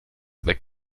weg